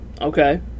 Okay